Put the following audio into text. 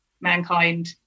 mankind